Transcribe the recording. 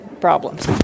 problems